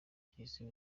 cy’isi